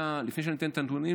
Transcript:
לפני שאני נותן את הנתונים,